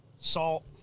salt